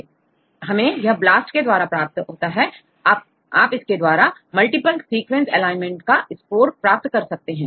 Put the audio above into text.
इसे हमBLAST के द्वारा प्राप्त करेंगे आप इसके द्वारा मल्टीपल सीक्वेंस एलाइनमेंट कर स्कोर प्राप्त कर सकते हैं